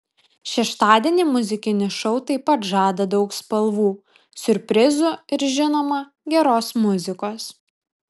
šeštadienį muzikinis šou taip pat žada daug spalvų siurprizų ir žinoma geros muzikos